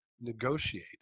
negotiate